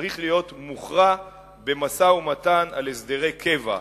צריך להיות מוכרע במשא-ומתן על הסדרי קבע,